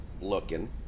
looking